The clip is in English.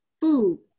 food